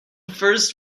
first